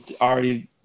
already